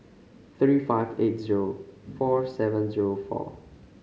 three five eight zero four seven zero four